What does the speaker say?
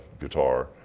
guitar